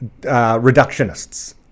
reductionists